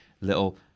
little